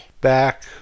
back